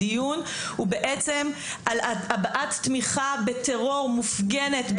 הדיון הוא בעצם על הבעת תמיכה בטרור מופגנת,